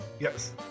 Yes